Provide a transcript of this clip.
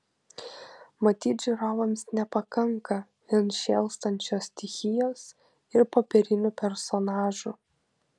matyt žiūrovams nepakanka vien šėlstančios stichijos ir popierinių personažų